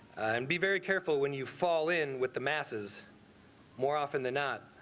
and be very careful when you fall in with the masses more often than not.